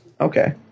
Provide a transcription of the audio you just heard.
Okay